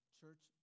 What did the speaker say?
church